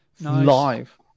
live